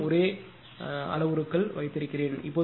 முழுவதும் ஒரே அளவுருக்கள் வைத்திருக்கிறோம்